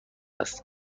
است